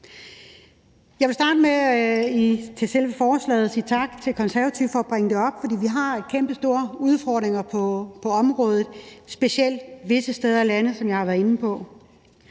selve forslaget, at sige tak til De Konservative for at bringe det op, for vi har kæmpestore udfordringer på området, specielt visse steder i landet, som jeg har været inde på.